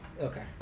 Okay